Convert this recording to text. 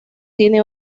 tiene